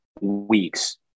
weeks